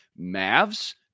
Mavs